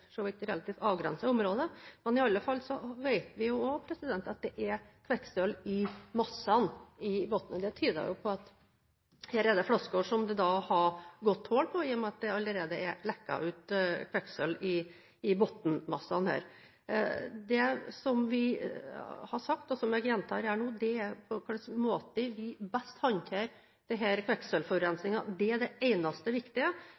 for så vidt relativt avgrenset område, men vi vet at det er kvikksølv i massene i bunnen. Det tyder på at her er det flasker som det har gått hull på, i og med at det allerede er lekket ut kvikksølv i bunnmassene. Det som vi har sagt, og som jeg gjentar her nå, er: På hvilken måte vi best håndterer denne kvikksølvforurensningen, er det eneste viktige. Jeg legger til grunn at vi får anbefaling og råd i den